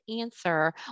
answer